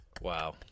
Wow